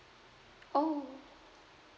oh